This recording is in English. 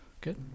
Good